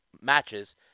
matches